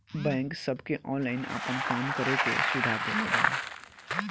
bank सबके online आपन काम करे के सुविधा देले बा